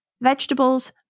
vegetables